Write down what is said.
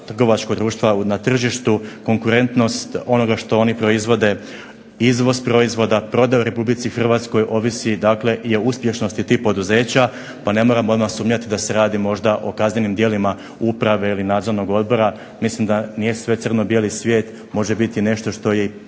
trgovačkog društva na tržištu, konkurentnost onoga što proizvode, izvoz proizvoda, prodaja u RH ovisi o uspješnosti tih poduzeća, pa ne moramo odmah sumnjati da se radi možda o kaznenim djelima uprave ili nadzornog odbora. Mislim da nije sve crno-bijeli svijet, može biti nešto što je